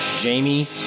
Jamie